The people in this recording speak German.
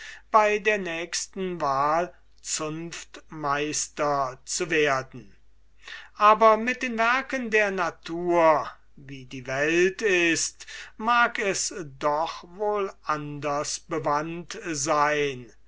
bei der nächsten wahl zunftmeister zu werden aber mit den werken der natur wie die welt ist mag es doch wohl anders bewandt sein